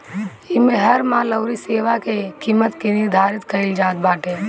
इमे हर माल अउरी सेवा के किमत के निर्धारित कईल जात बाटे